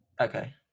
okay